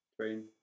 train